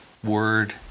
word